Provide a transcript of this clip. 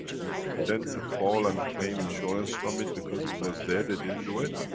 we pretend to fall and claim insurance from it, because it was there. they didn't do it.